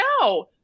no